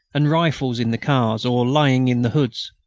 and rifles in the cars or lying in the hoods.